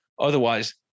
Otherwise